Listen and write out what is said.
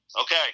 okay